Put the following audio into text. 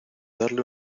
darle